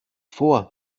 vor